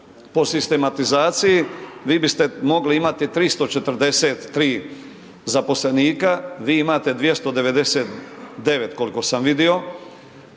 Po sistematizaciji, vi biste mogli imati 343 zaposlenika, vi imate 299 koliko sam vidio,